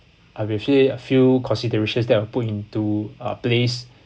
I will share a few considerations that I'll put into uh place